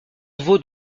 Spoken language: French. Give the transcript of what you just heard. vaut